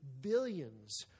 billions